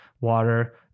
water